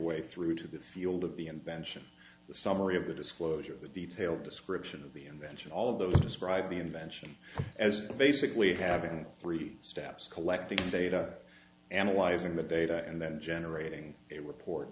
way through to the field of the invention the summary of the disclosure of the detailed description of the invention all of those describe the invention as basically having three steps collecting data analyzing the data and then generating a report